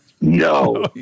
No